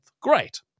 Great